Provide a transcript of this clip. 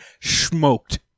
smoked